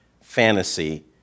fantasy